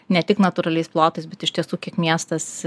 ne tik natūraliais plotais bet iš tiesų kiek miestas